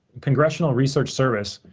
congressional research service,